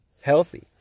healthy